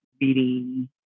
meeting